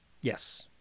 Yes